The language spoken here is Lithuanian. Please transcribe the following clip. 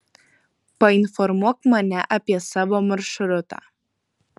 painformuok mane apie savo maršrutą